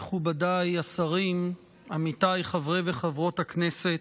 מכובדיי השרים, עמיתיי חברי וחברות הכנסת,